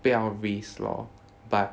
不要 risk lor but